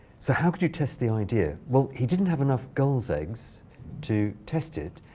so how could you test the idea? well, he didn't have enough gulls' eggs to test it,